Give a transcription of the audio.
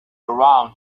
around